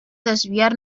desviar